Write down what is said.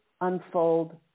unfold